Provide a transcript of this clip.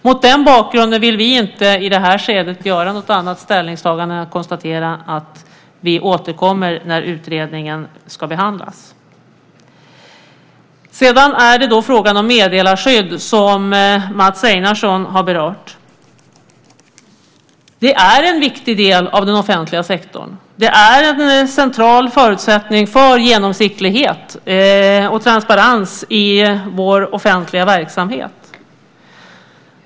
Mot den bakgrunden vill vi inte i det här skedet göra något annat ställningstagande än konstatera att vi återkommer när utredningen ska behandlas. Sedan är det fråga om meddelarskydd, som Mats Einarsson har berört. Det är en viktig del av den offentliga sektorn. Det är en central förutsättning för genomskinlighet, transparens, i vår offentliga verksamhet.